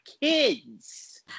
kids